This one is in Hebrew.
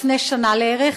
לפני שנה לערך,